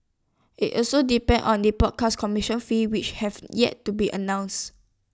IT also depends on the broadcast commercial fees which have yet to be announced